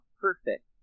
perfect